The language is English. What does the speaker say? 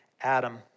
Adam